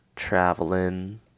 traveling